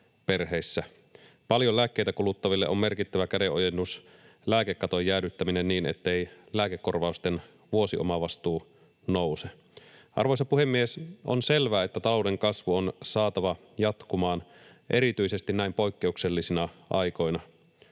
Paljon lääkkeitä kuluttaville on merkittävä käden-ojennus lääkekaton jäädyttäminen niin, ettei lääkekorvausten vuosiomavastuu nouse. Arvoisa puhemies! On selvää, että talouden kasvu on saatava jatkumaan erityisesti näin poikkeuksellisina aikoina.